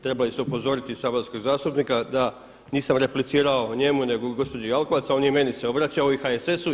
Trebali ste upozoriti saborskog zastupnika da nisam replicirao njemu nego gospođi Jelkovac, a on meni se obraćao i HSS-u.